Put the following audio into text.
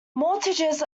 mortgages